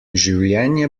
življenje